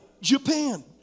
Japan